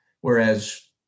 Whereas